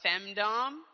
femdom